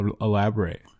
elaborate